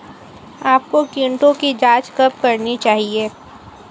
आपको कीटों की जांच कब करनी चाहिए?